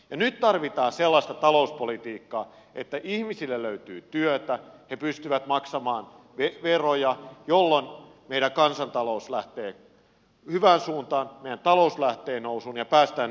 nyt tarvitaan sellaista talouspolitiikkaa että ihmisille löytyy työtä he pystyvät maksamaan veroja jolloin meidän kansantaloutemme lähtee hyvään suuntaan meidän taloutemme lähtee nousuun ja päästään ylös tästä lamasta